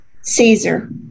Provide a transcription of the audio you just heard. Caesar